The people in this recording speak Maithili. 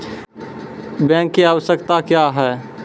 बैंक की आवश्यकता क्या हैं?